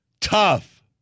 Tough